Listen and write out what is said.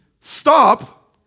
Stop